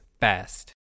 fast